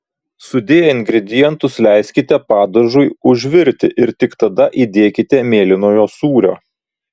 sudėję ingredientus leiskite padažui užvirti ir tik tada įdėkite mėlynojo sūrio